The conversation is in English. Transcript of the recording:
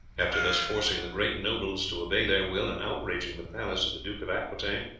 after thus forcing the great nobles to obey their will and outraging the palace of the duke of aquitaine,